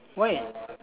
why